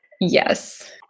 Yes